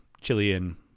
Chilean